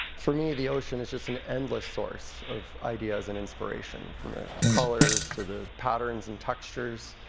for me, the ocean is just an endless source of ideas and inspiration from colors, to the patterns and textures.